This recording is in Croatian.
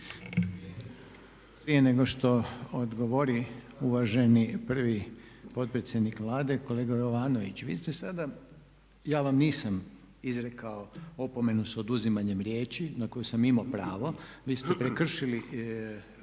Prije nego što odgovori uvaženi prvi potpredsjednik Vlade kolega Jovanović vi ste sada, ja vam nisam izrekao opomenu s oduzimanjem riječi na koju sam imao pravo, vi ste prekršili